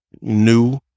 new